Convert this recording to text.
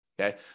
okay